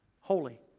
holy